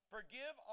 Forgive